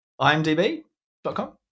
imdb.com